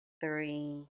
three